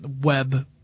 web